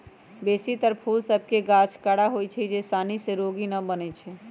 बेशी तर फूल सभ के गाछ कड़ा होइ छै जे सानी से रोगी न बनै छइ